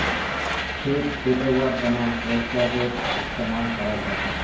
खेत पैटव्वार तनों ट्रेक्टरेर इस्तेमाल कराल जाछेक